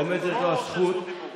עומדת לו הזכות.